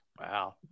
Wow